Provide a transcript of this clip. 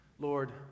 Lord